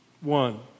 One